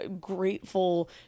grateful